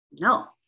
No